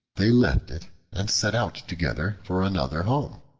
they left it and set out together for another home.